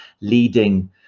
leading